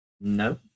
No